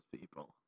people